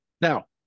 Now